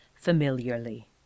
familiarly